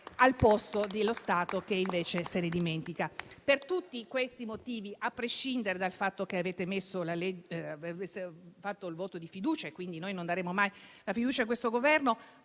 al posto dello Stato, che invece se ne dimentica? Per tutti questi motivi, a prescindere dal fatto che avete posto la questione di fiducia e noi non daremo mai la fiducia a questo Governo,